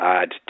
add